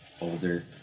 older